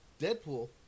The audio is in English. Deadpool